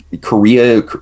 korea